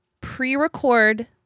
pre-record